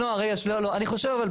אני חושב,